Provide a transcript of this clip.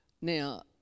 Now